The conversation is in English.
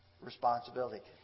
responsibility